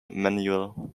manuel